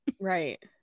right